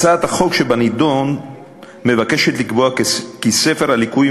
הצעת החוק שבנדון מבקשת לקבוע כי ספר הליקויים